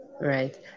right